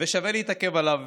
ושווה להתעכב עליו